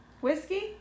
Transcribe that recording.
Whiskey